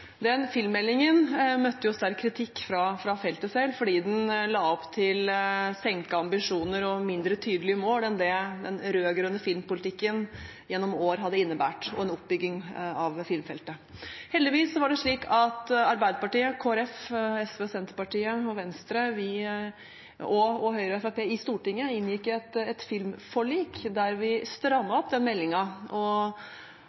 Den filmmeldingen møtte jo sterk kritikk fra feltet selv fordi den la opp til senkede ambisjoner og mindre tydelige mål enn det den rød-grønne filmpolitikken gjennom år hadde innebåret med en oppbygging av filmfeltet. Heldigvis var det slik at Arbeiderpartiet, Kristelig Folkeparti, SV, Senterpartiet, Venstre, Høyre og Fremskrittspartiet i Stortinget inngikk et filmforlik, der vi